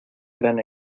gran